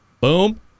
Boom